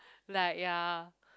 like ya